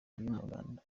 y’umuganda